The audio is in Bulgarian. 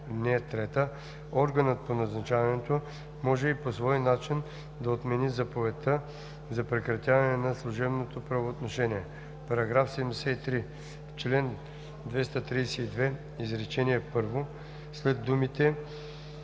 Органът по назначаването може и по свой почин да отмени заповедта за прекратяване на служебното правоотношение.“ § 73. В чл. 232, изречение първо след думите